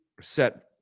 set